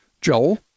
Joel